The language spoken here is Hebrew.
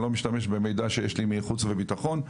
אני לא משתמש במידע שיש לי מחוץ וביטחון.